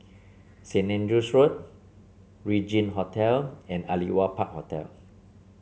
Saint Andrew's Road Regin Hotel and Aliwal Park Hotel